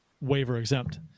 waiver-exempt